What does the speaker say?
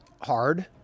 hard